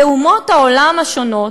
בקרב אומות העולם השונות,